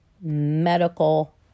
medical